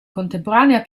contemporanea